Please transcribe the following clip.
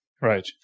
Right